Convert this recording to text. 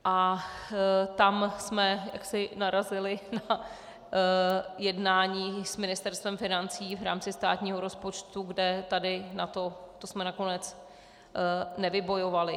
A tam jsme narazili na jednání s Ministerstvem financí v rámci státního rozpočtu, kde tady na to jsme nakonec nevybojovali.